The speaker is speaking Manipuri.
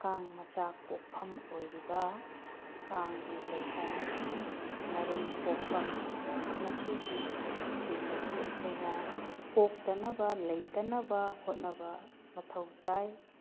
ꯀꯥꯡ ꯃꯆꯥ ꯀꯣꯛꯐꯝ ꯑꯣꯏꯔꯤꯕ ꯀꯥꯡꯒꯤ ꯂꯩꯐꯝ ꯃꯔꯨꯝ ꯀꯣꯛꯐꯝ ꯃꯁꯤꯒꯤꯁꯤꯡ ꯑꯁꯤ ꯑꯩꯈꯣꯏꯅ ꯀꯣꯛꯇꯅꯕ ꯂꯩꯇꯕꯅ ꯍꯣꯠꯅꯕ ꯃꯊꯧ ꯇꯥꯏ